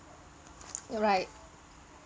alright